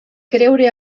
creure